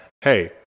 hey